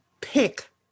pick